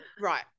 Right